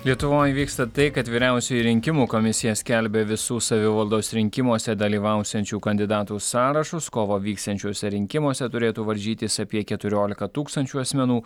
lietuvoj vyksta tai kad vyriausioji rinkimų komisija skelbia visų savivaldos rinkimuose dalyvausiančių kandidatų sąrašus kovą vyksiančiuose rinkimuose turėtų varžytis apie keturiolika tūkstančių asmenų